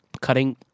cutting